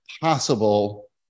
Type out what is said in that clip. possible